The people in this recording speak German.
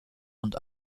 und